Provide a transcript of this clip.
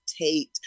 Tate